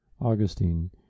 Augustine